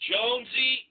Jonesy